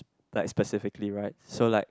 like specifically right so like